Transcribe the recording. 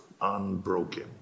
unbroken